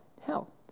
hell